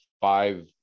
five